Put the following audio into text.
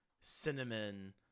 cinnamon